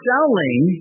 Selling